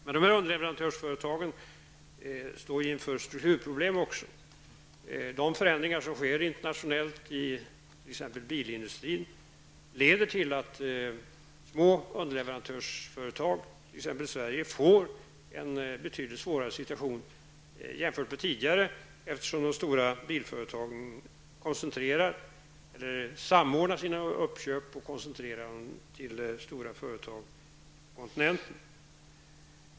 Men dessa underleverantörsföretag står även inför strukturproblem. De förändringar som sker internationellt i t.ex. bilindustrin leder till att små underleverantörsföretag i t.ex. Sverige får en betydligt svårare situation jämfört med tidigare, eftersom de stora bilföretagen samordnar sina uppköp och koncentrerar dem till stora företag på kontinenten.